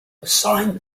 assigned